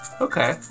Okay